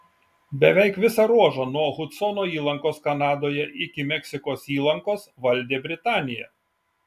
beveik visą ruožą nuo hudsono įlankos kanadoje iki meksikos įlankos valdė britanija